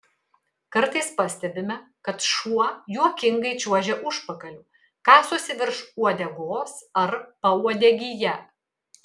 kartais pastebime kad šuo juokingai čiuožia užpakaliu kasosi virš uodegos ar pauodegyje